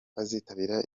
azitabira